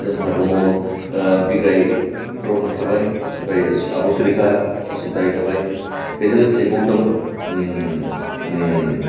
जोंहा दं बिग्राय ब्रह्म थाबाय आब' सुलिखा बसुमतारी थाबाय बोजों लोगोसे गौथोम